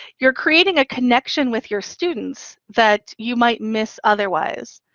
you're creating a connection with your students that you might miss otherwise.